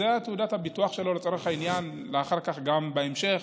זו תעודת הביטוח שלו לאחר כך, גם בהמשך.